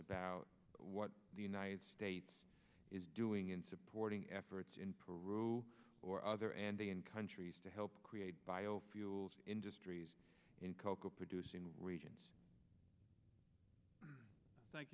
about what the united states is doing in supporting efforts in peru or other andean countries to help create biofuels industries in cocoa producing regions thank